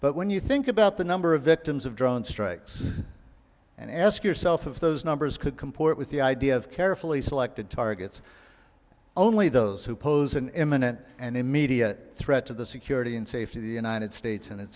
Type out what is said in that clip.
but when you think about the number of victims of drone strikes and ask yourself if those numbers could comport with the idea of carefully selected targets only those who pose an imminent and immediate threat to the security and safety the united states and